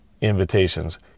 invitations